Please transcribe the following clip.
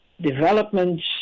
developments